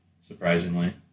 surprisingly